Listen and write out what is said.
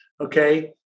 okay